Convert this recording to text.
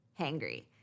hangry